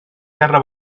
terra